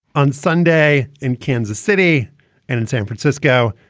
on sunday in kansas city and in san francisco,